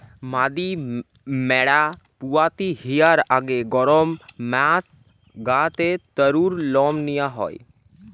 মাদি ম্যাড়া পুয়াতি হিয়ার আগে গরম মাস গা তে তারুর লম নিয়া হয়